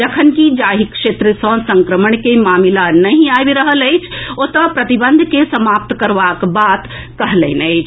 जखनकि जाहि क्षेत्र सँ संक्रमण के मामिला नहि आबि रहल अछि ओतय प्रतिबंध के समाप्त करबाक बात कहलनि अछि